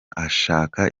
ashaka